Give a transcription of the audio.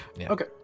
Okay